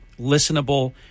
listenable